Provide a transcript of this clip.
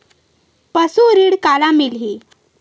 पशु ऋण काला मिलही?